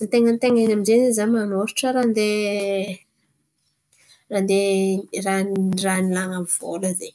anten̈anten̈any amy zay zen̈y za manôratra raha handeha raha handeha raha ny raha nilàn̈a vôla zen̈y.